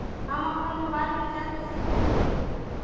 हम अपन मोबाइल में रिचार्ज कैसे कर सकली ह?